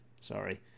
Sorry